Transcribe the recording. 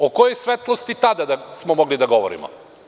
O kojoj svetlosti tada smo mogli da govorimo?